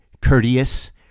courteous